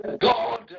God